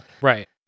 Right